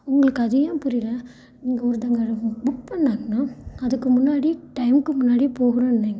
உங்களுக்கு அது ஏன் புரியல இங்கே ஒருத்தங்க புக் பண்ணாங்கன்னால் அதுக்கு முன்னாடி டைமுக்கு முன்னாடி போகணுன்னு நினைங்க